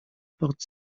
port